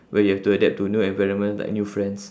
where you have to adapt to new environment like new friends